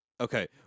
Okay